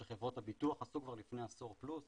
שחברות הביטוח עשו כבר לפני עשור פלוס,